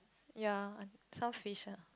ya some fish ah